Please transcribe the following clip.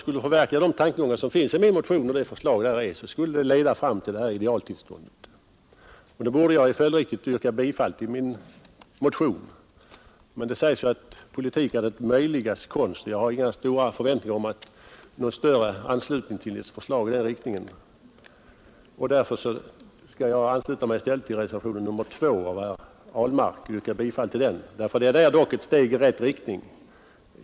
Ett förverkligande av tankegångarna i min motion skulle leda fram till detta idealtillstånd, och följdriktigt borde jag yrka bifall till motionen. Men det sägs ju att politik är det möjligas konst, och jag har inga förväntningar om någon större anslutning till något förslag i den riktningen. Därför skall jag i stället ansluta mig till reservationen 2 av herr Ahlmark och yrka bifall till den. Den är dock ett steg i rätt riktning.